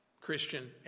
Christian